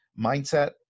mindset